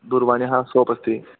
दूरवाण्यः साप् अस्ति